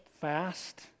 fast